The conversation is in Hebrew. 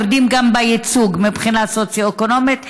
יורדים גם בייצוג מבחינה סוציו-אקונומית,